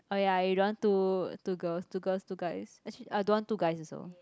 oh ya you don't want two two girls two girls two guys actually I don't want two guys also